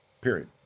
period